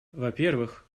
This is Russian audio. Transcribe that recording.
вопервых